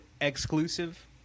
exclusive